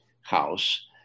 house